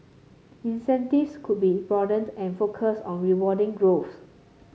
incentives could be broadened and focused on rewarding growth